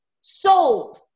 sold